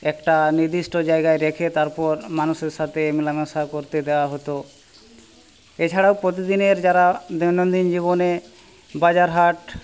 একটা নির্দিষ্ট জায়গায় রেখে তারপর মানুষের সাথে মেলামেশা করতে দেওয়া হতো এছাড়াও প্রতিদিনের যারা দৈনন্দিন জীবনে বাজার হাট